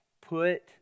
put